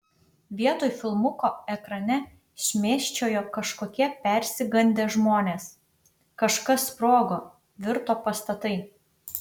vietoj filmuko ekrane šmėsčiojo kažkokie persigandę žmonės kažkas sprogo virto pastatai